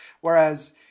whereas